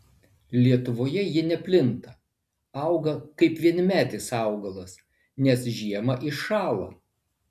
lietuvoje ji neplinta auga kaip vienmetis augalas nes žiemą iššąla